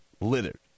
Littered